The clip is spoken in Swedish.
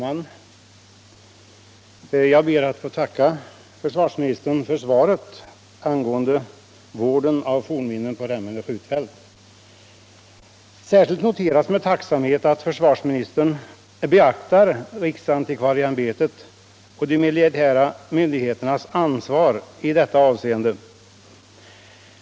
Herr talman! Jag ber att få tacka försvarsministern för svaret på min fråga om vården av fornminnen på Remmene skjutfält. Särskilt noterar jag med tacksamhet att försvarsministern beaktar riksantikvarieämbetets och de militära myndigheternas ansvar i detta avseende.